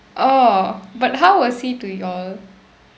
oh but how was he to y'all